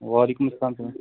وعلیکُم سلام